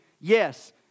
yes